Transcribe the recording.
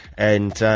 and,